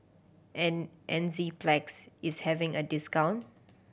enzyplex is having a discount